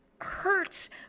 hurts